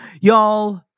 y'all